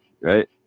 Right